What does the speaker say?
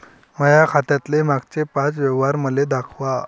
माया खात्यातले मागचे पाच व्यवहार मले दाखवा